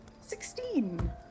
Sixteen